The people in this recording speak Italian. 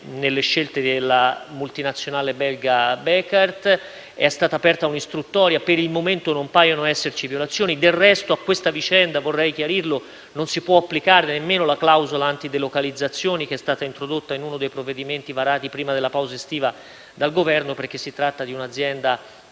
nelle scelte della multinazionale belga Bekaert. È stata aperta un'istruttoria e, per il momento, non paiono esserci violazioni. Del resto a questa vicenda - vorrei chiarirlo - non si può applicare nemmeno la clausola antidelocalizzazioni che è stata introdotta in uno dei provvedimenti varati prima della pausa estiva dal Governo, perché si tratta di un'azienda